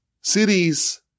cities